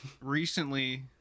Recently